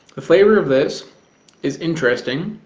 the flavor of this is interesting